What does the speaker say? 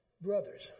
Brothers